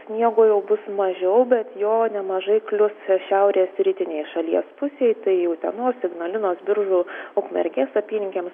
sniego jau bus mažiau bet jo nemažai klius šiaurės rytinei šalies pusei tai utenos ignalinos biržų ukmergės apylinkėms